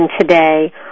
today